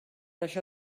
això